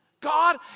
God